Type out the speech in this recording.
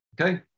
Okay